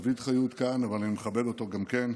דוד חיות כאן אבל אני מכבד אותו גם כן,